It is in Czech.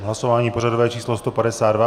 Hlasování pořadové číslo 152.